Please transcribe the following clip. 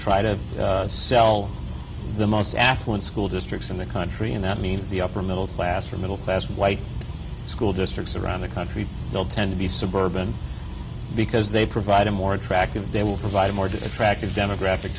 try to sell the most affluent school districts in the country and that means the upper middle class for middle class white school districts around the country will tend to be suburban because they provide a more attractive they will provide a more detracted demographic